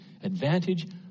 advantage